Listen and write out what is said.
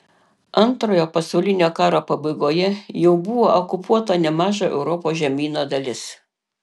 antrojo pasaulinio karo pabaigoje jau buvo okupuota nemaža europos žemyno dalis